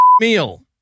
meal